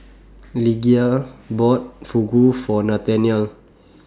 Lydia bought Fugu For Nathanael